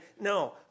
no